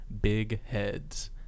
BigHeads